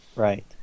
Right